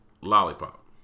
Lollipop